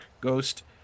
ghost